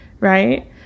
right